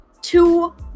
two